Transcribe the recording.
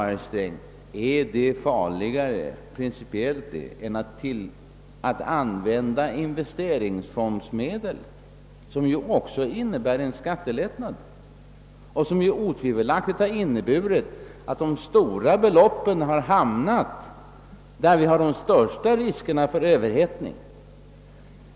Men är detta principiellt farligare än att använda investeringsfondsmedel, vilket ju också innebär skattelättnader. De har otvivelaktigt inneburit att de stora beloppen hamnat där vi har de största riskerna för överhettning.